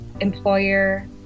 employer